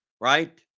Right